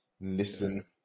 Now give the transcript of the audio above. listen